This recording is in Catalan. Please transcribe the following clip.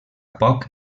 poc